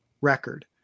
record